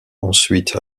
ensuite